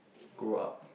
grow up